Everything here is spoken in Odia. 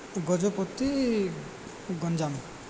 ଗଜପତି ଗଞ୍ଜାମ